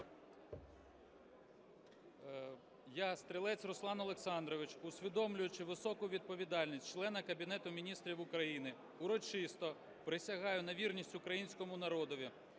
Я, Стрілець Руслан Олександрович, усвідомлюючи високу відповідальність члена Кабінету Міністрів України, урочисто присягаю на вірність Українському народові.